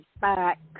back